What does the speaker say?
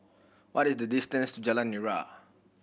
what is the distance Jalan Nira